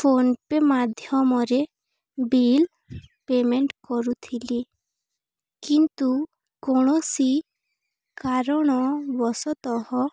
PhonePe ମାଧ୍ୟମରେ bill payment କରୁଥିଲି କିନ୍ତୁ କୌଣସି କାରଣବଶତଃ